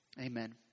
Amen